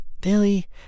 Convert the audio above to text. Billy